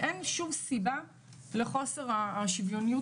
אין שום סיבה לחוסר שוויון.